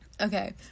Okay